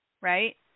right